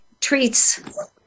treats